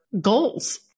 goals